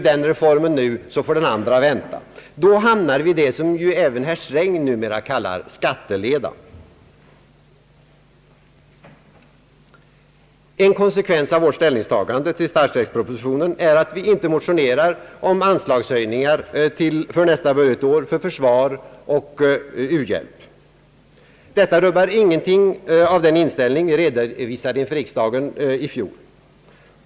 Då hamnar vi i det som även herr Sträng nu kallar skatteleda. En konsekvens av vårt ställningstagande till statsverkspropositionen är att vi inte motionerar om anslagshöjningar för nästa budgetår för försvar och u-hjälp. Detta rubbar ingenting av den inställning vi redovisade inför riksdagen i fjol.